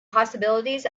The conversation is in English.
possibilities